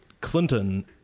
Clinton